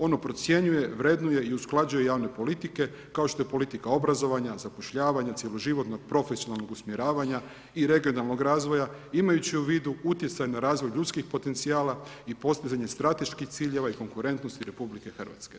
Ono procjenjuje, vrednuje i usklađuje javne politike kao što je politika obrazovanja, zapošljavanja, cjeloživotnog profesionalnog usmjeravanja i regionalno razvoja imajući u vidu utjecaj na razvoj ljudskih potencijala i postizanje strateških ciljeva i konkurentnosti RH.